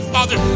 Father